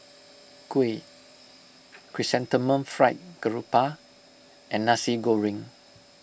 Kuih Chrysanthemum Fried Garoupa and Nasi Goreng